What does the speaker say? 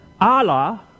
Allah